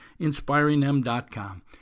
inspiringthem.com